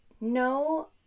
No